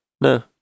No